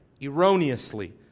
erroneously